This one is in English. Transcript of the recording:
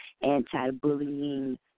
anti-bullying